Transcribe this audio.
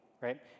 right